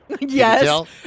Yes